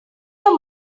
your